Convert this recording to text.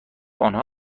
انها